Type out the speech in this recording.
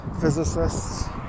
physicists